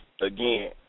again